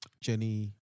Jenny